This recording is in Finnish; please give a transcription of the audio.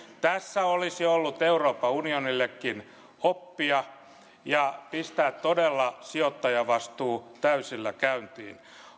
tässä olisi ollut euroopan unionillekin oppia miten pistää todella sijoittajavastuu täysillä käyntiin